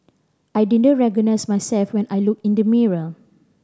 I didn't recognise myself when I looked in the mirror